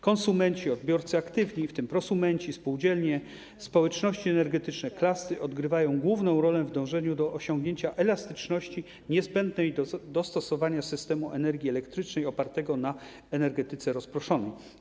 Konsumenci, odbiorcy aktywni, w tym prosumenci, spółdzielnie, społeczności energetyczne i klastry odgrywają główną rolę w dążeniu do osiągnięcia elastyczności niezbędnej do dostosowania systemu energii elektrycznej opartego na energetyce rozproszonej.